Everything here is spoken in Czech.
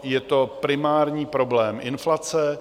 Je to primární problém inflace.